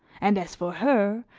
and as for her,